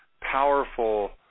powerful